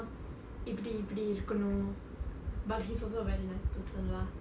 இப்படி இப்படி இருக்கனும்:ippadi ippadi irukkanum but he's also very nice person lah